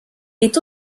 est